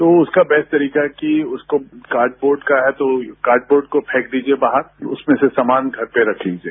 तो उसका बेस्ट तरीका है कि उसको काटपोर्ट है तो काटपोर्ट को फेंक दीजिए बाहर उसमें से सामान घर पर रख लीजिए